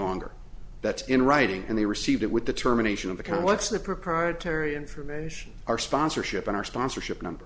longer that's in writing and they received it with determination of the kind what's the proprietary information are sponsorship on our sponsorship number